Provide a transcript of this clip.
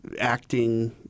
acting